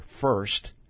first